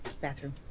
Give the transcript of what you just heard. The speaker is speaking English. bathroom